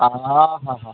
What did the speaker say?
ᱟᱻ ᱦᱟᱦᱟ